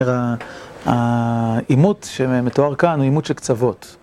העימות שמתואר כאן הוא עימות של קצוות.